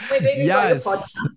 Yes